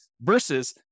versus